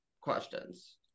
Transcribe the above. questions